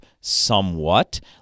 somewhat